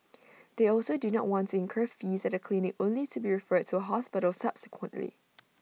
they also do not want to incur fees at A clinic only to be referred to A hospital subsequently